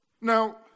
Now